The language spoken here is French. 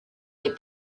est